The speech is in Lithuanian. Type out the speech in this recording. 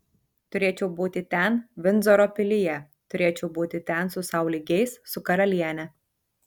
turėčiau būti ten vindzoro pilyje turėčiau būti ten su sau lygiais su karaliene